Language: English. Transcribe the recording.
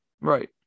Right